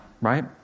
right